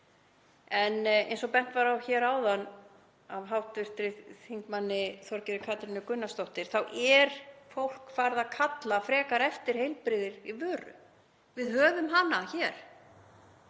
En eins og bent var á hér áðan af hv. þm. Þorgerði Katrínu Gunnarsdóttur þá er fólk farið að kalla frekar eftir heilbrigðri vöru. Við höfum hana hér.